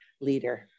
leader